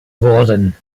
wurden